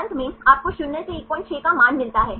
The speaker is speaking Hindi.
तो अंत में आपको शून्य से 16 का मान मिलता है